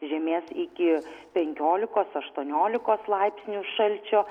žemės iki penkiolikos aštuoniolikos laipsnių šalčio